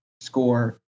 score